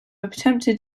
attempted